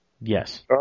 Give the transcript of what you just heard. Yes